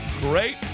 great